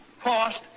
cost